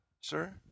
sir